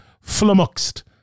flummoxed